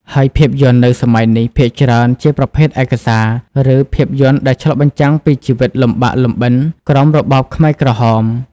ហើយភាពយន្តនៅសម័យនេះ ភាគច្រើនជាប្រភេទឯកសារ ឬភាពយន្តដែលឆ្លុះបញ្ចាំងពីជីវិតលំបាកលំបិនក្រោមរបបខ្មែរក្រហម។